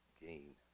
gain